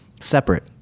separate